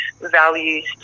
values